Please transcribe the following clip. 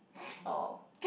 oh